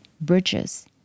bridges